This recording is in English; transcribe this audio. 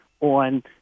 on